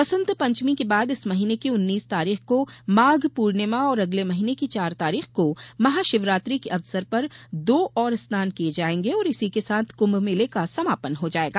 बसंत पंचमी के बाद इस महीने की उन्नीस तारीख को माघ पूर्णिमा और अगले महीने की चार तारीख को महाशिवरात्रि के अवसर पर दो और स्नान किए जाएंगे और इसी के साथ कुम्भ मेले का समापन हो जाएगा